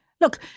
Look